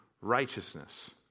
righteousness